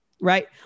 right